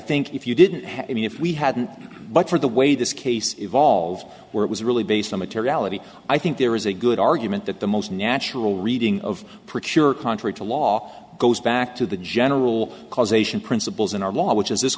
think if you didn't have any if we hadn't but for the way this case evolved where it was really based on materiality i think there is a good argument that the most natural reading of for sure contrary to law goes back to the general causation principles in our law which is this